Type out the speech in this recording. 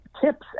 tips